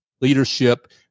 Leadership